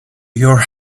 your